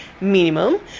minimum